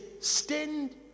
stand